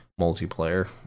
multiplayer